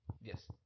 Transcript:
Yes